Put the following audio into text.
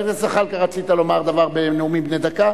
חבר הכנסת זחאלקה, רצית לומר בנאומים בני דקה?